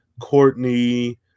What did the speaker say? courtney